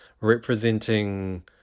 representing